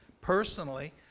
personally